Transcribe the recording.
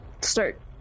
start